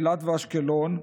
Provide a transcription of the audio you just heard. אילת ואשקלון,